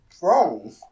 wrong